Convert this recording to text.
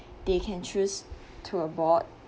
they can choose to abort